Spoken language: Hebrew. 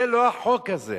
זה לא החוק הזה.